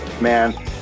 man